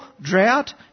drought